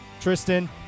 Tristan